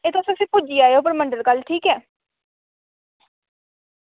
एह् तुस उत्थै पुज्जी जाएओ परमंडल कल ठीक ऐ